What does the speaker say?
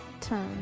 Turn